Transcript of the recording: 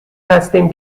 هستیم